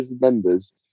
members